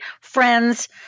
friends